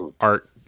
art